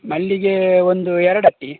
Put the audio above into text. ಮಲ್ಲಿಗೆ ಒಂದು ಎರಡು ಅಟ್ಟಿ